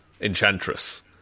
enchantress